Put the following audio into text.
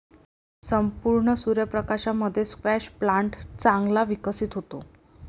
संपूर्ण सूर्य प्रकाशामध्ये स्क्वॅश प्लांट चांगला विकसित होतो